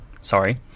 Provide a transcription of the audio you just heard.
Sorry